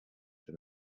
for